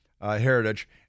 heritage